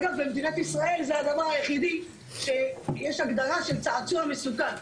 במדינת ישראל זה המקום היחיד שיש הגדרה של צעצוע מסוכן.